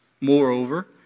Moreover